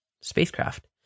spacecraft